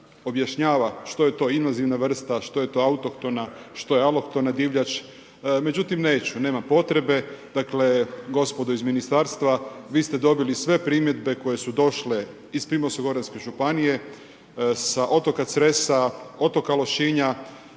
objašnjava što je to invazivna vrsta, što je to autohtona, što je alohtona divljač, međutim neću, nema potrebe. Dakle, gospodo iz ministarstva, vi ste dobili sve primjedbe koje su došle iz Primorsko-goranske županije, sa otoka Cresa, otoka Lošinja.